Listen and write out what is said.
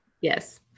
Yes